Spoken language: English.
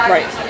Right